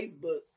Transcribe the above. Facebook